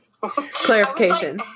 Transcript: Clarification